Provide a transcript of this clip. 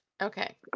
Okay